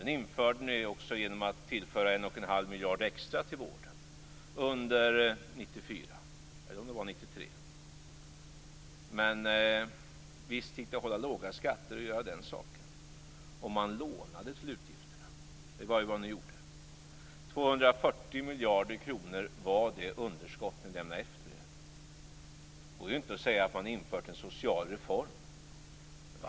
Den införde ni genom att tillföra 1 1⁄2 miljard extra till vården under 1994, eller om det var 1993. Visst gick det att hålla låga skatter och göra den saken om man lånade till utgifterna. Det var vad ni gjorde. 240 miljarder kronor var det underskott ni lämnade efter er.